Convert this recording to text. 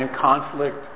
conflict